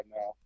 now